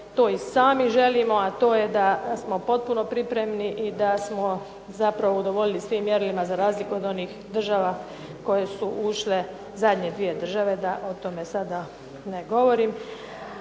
to i sami želimo, a to je da smo potpuno pripremni i da smo zapravo udovoljili svim mjerilima, za razliku od onih država koje su ušle, zadnje dvije države da o tome sada ne govorim.